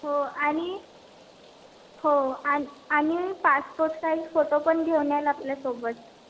हो आणि हो आणि आणि पासपोर्ट साईझ फोटो पण घेऊन याल आपल्यासोबत